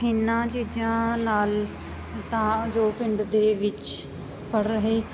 ਇਹਨਾ ਚੀਜ਼ਾਂ ਨਾਲ ਤਾਂ ਜੋ ਪਿੰਡ ਦੇ ਵਿੱਚ ਪੜ੍ਹ ਰਹੇ